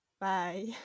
Bye